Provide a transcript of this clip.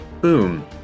boom